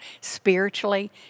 spiritually